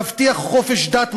תבטיח חופש דת,